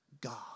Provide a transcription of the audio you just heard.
God